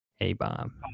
A-Bomb